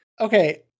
okay